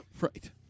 Right